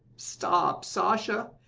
stop, sasha!